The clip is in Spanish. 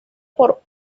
por